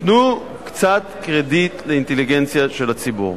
תנו קצת קרדיט לאינטליגנציה של הציבור.